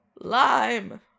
Lime